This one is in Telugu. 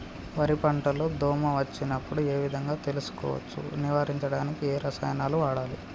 వరి పంట లో దోమ వచ్చినప్పుడు ఏ విధంగా తెలుసుకోవచ్చు? నివారించడానికి ఏ రసాయనాలు వాడాలి?